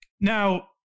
Now